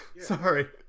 sorry